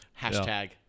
Hashtag